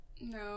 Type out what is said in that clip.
No